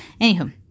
Anywho